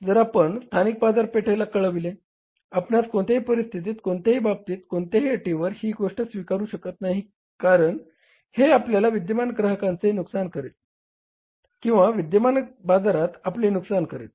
जर आपण स्थानिक बाजारपेठेला कळवले आपणास कोणत्याही परिस्थितीत कोणत्याही बाबतीत कोणत्याही अटीवर ही गोष्ट स्वीकारू शकत नाही कारण हे आपल्या विद्यमान ग्राहकांचे नुकसान करेल किंवा विद्यमान बाजारात आपले नुकसान करेल